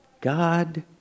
God